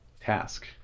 task